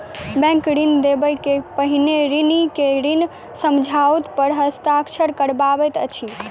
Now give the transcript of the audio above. bank ऋण देबअ के पहिने ऋणी के ऋण समझौता पर हस्ताक्षर करबैत अछि